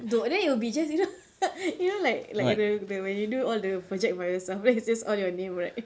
then it will be just this uh you know like like the the when you do all the project by yourself then it's just all your name right